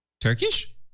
Turkish